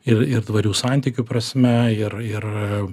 ir ir tvarių santykių prasme ir ir